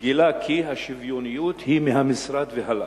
וגילה כי השוויוניות היא מהמשרד והלאה.